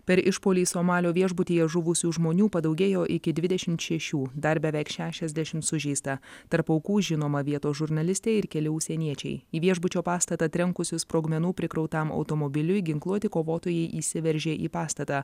per išpuolį somalio viešbutyje žuvusių žmonių padaugėjo iki dvidešimt šešių dar beveik šešiasdešimt sužeista tarp aukų žinoma vietos žurnalistė ir keli užsieniečiai į viešbučio pastatą trenkusis sprogmenų prikrautam automobiliui ginkluoti kovotojai įsiveržė į pastatą